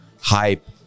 hype